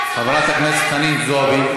חברת הכנסת חנין זועבי.